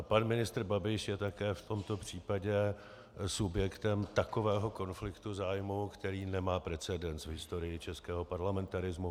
Pan ministr Babiš je také v tomto případě subjektem takového konfliktu zájmů, který nemá precedens v historii českého parlamentarismu.